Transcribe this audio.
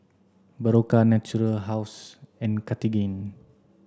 Berocca Natura House and Cartigain